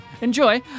enjoy